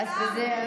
אז אתה מסיים בזה.